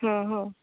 ହଁ ହଁ